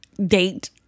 date